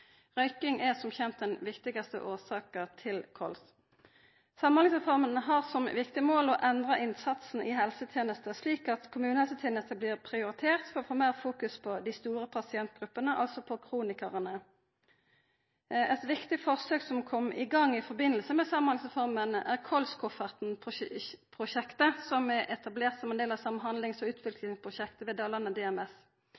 Røyking er som kjent den viktigaste årsaka til kols. Samhandlingsreforma har som viktig mål å endra innsatsen i helsetenesta, slik at kommunehelsetenesta blir prioritert for å få meir fokus på dei store pasientgruppene, altså på kronikarane. Eit viktig forsøk som kom i gang i samband med Samhandlingsreforma, er Kols-kofferten-prosjektet som er etablert som ein del av samhandlings- og